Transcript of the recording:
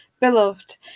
beloved